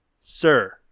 Sir